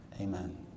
Amen